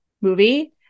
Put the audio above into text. movie